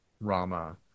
rama